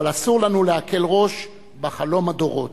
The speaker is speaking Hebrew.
אבל אסור לנו להקל ראש בחלום הדורות.